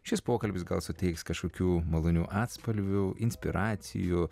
šis pokalbis gal suteiks kažkokių malonių atspalvių inspiracijų